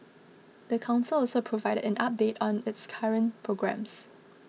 the council also provided an update on its current programmes